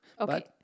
Okay